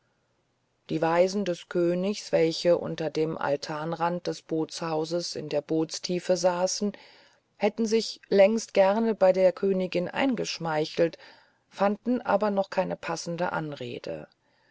die weisen des königs welche unter dem altanrand des boothauses in der bootstiefe saßen hätten sich längst gerne bei der königin eingeschmeichelt fanden aber noch keine passende anrede